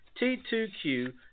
T2Q